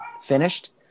Finished